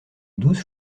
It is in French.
douze